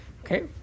Okay